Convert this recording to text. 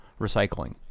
recycling